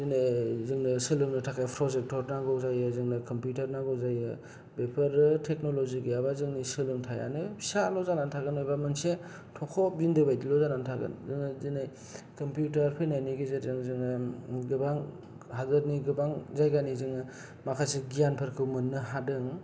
जोंनो सोलोंनो थाखाय प्रजेक्टर नांगौ जायो जोंनो कम्पुटार नांगौ जायो बेफोर टेकनलजि गैयाब्ला जोंनि सोलोंथाइयानो फिसाल' जानानै थागोन आरो मोनसे थख' बिन्दो बादिल' जानानै थागोन जोङो दिनै कम्पुटार फैनायनि गेजेरजों जोङो गोबां हादोरनि गोबां जायगानि जोङो माखासे गियानफोरखौ मोननो हादों